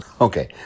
Okay